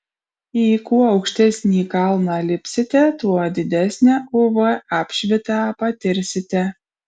į kuo aukštesnį kalną lipsite tuo didesnę uv apšvitą patirsite